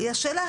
היא נספרת.